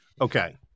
okay